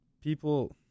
People